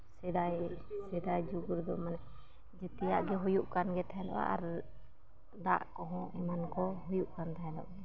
ᱥᱮᱫᱟᱭ ᱥᱮᱫᱟᱭ ᱡᱩᱜᱽ ᱨᱮᱫᱚ ᱢᱟᱱᱮ ᱡᱚᱛᱚᱣᱟᱜ ᱜᱮ ᱦᱩᱭᱩᱜ ᱠᱟᱱ ᱜᱮ ᱛᱟᱦᱮᱱᱚᱜ ᱟᱨ ᱫᱟᱜ ᱠᱚᱦᱚᱸ ᱮᱢᱟᱱ ᱠᱚ ᱦᱩᱭᱩᱜ ᱠᱟᱱ ᱛᱟᱦᱮᱱᱚᱜ ᱜᱮ